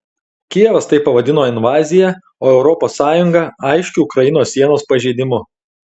kijevas tai pavadino invazija o europos sąjunga aiškiu ukrainos sienos pažeidimu